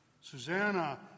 Susanna